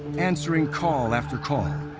answering call after call,